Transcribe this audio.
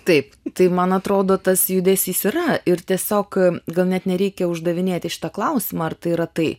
taip tai man atrodo tas judesys yra ir tiesiog gal net nereikia uždavinėti šitą klausimą ar tai yra tai